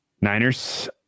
Niners